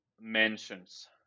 mentions